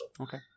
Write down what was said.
Okay